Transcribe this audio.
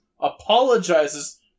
apologizes